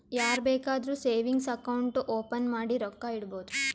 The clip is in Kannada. ಯಾರ್ ಬೇಕಾದ್ರೂ ಸೇವಿಂಗ್ಸ್ ಅಕೌಂಟ್ ಓಪನ್ ಮಾಡಿ ರೊಕ್ಕಾ ಇಡ್ಬೋದು